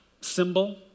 symbol